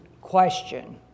question